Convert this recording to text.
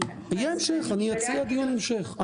אציע דיון המשך.